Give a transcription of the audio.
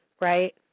Right